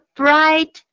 bright